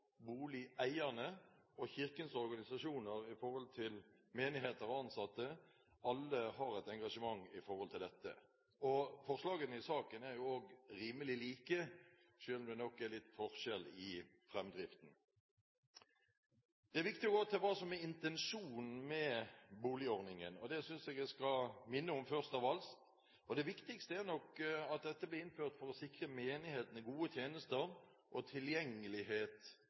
boligeierne, og Kirkens organisasjoner, i forhold til menigheter og ansatte, vist at alle har et engasjement i forhold til dette. Forslagene i saken er også rimelig like, selv om det nok er litt forskjell i framdriften. Det er viktig å se på hva som er intensjonen med boligordningen. Det synes jeg en skal minne om, først av alt. Det viktigste er nok at dette ble innført for å sikre menighetene gode tjenester og tilgjengelighet